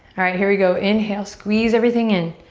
alright, here we go. inhale, squeeze everything in.